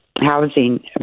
housing